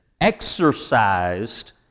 exercised